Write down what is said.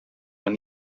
when